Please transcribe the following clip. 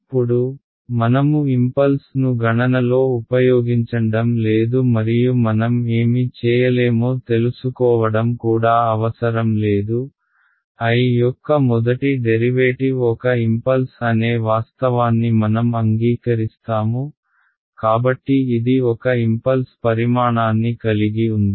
ఇప్పుడు మనము ఇంపల్స్ ను గణనలో ఉపయోగించండం లేదు మరియు మనం ఏమి చేయలేమో తెలుసుకోవడం కూడా అవసరం లేదు I యొక్క మొదటి డెరివేటివ్ ఒక ఇంపల్స్ అనే వాస్తవాన్ని మనం అంగీకరిస్తాము కాబట్టి ఇది ఒక ఇంపల్స్ పరిమాణాన్ని కలిగి ఉంది